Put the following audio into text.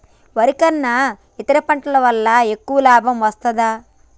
వరి కన్నా ఇతర పంటల వల్ల ఎక్కువ లాభం వస్తదా?